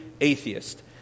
atheist